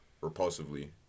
repulsively